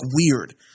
weird